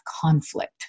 conflict